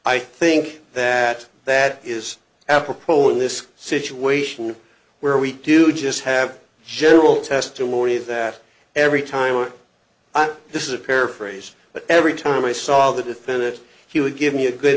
i think that that is apropos in this situation where we do just have general testimony that every time i'm this is a paraphrase but every time i saw the defend it he would give me a good